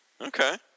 Okay